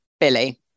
Billy